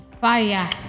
Fire